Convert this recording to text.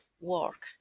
work